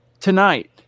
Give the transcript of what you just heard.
Tonight